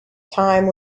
time